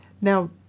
now